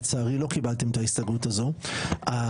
לצערי לא קיבלתם את ההסתייגות הזאת --- באמת?